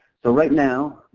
so right now,